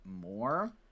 more